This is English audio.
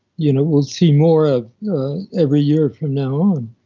you know we'll see more of every year from now on.